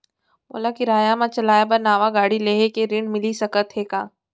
मोला किराया मा चलाए बर नवा गाड़ी लेहे के ऋण मिलिस सकत हे का?